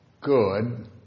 good